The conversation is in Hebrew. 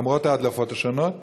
למרות ההדלפות השונות,